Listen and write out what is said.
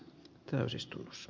varapuhemies